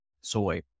soy